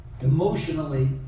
emotionally